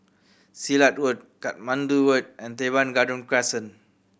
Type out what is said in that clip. Silat Road Katmandu Road and Teban Garden Crescent